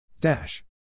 Dash